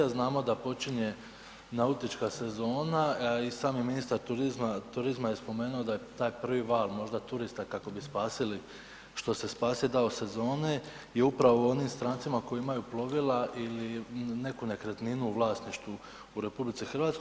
Znamo da počinje nautička sezona i sami ministar turizma je spomenuo da je taj prvi val možda turista kako bi spasili što se spasit da u sezoni je upravo u onim strancima koji imaju plovila ili neku nekretninu u vlasništvu u RH.